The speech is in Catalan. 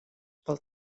pel